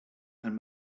and